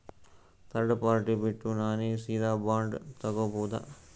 Third party ಬಿಟ್ಟು ನಾನೇ ಸೀದಾ ಬಾಂಡ್ ತೋಗೊಭೌದಾ?